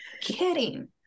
kidding